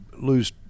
lose